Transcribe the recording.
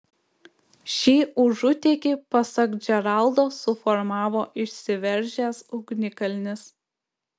šį užutėkį pasak džeraldo suformavo išsiveržęs ugnikalnis